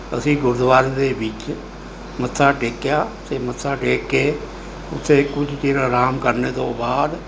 ਅਸੀਂ ਗੁਰਦੁਆਰੇ ਦੇ ਵਿੱਚ ਮੱਥਾ ਟੇਕਿਆ ਅਤੇ ਮੱਥਾ ਟੇਕ ਕੇ ਉੱਥੇ ਕੁਝ ਚਿਰ ਆਰਾਮ ਕਰਨ ਤੋਂ ਬਾਅਦ